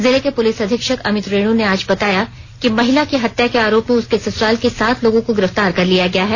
जिले के पुलिस अधीक्षक अमित रेणु ने आज बताया कि महिला की हत्या के आरोप में उसके ससुराल के सात लोगों को गिरफ्तार कर लिया गया है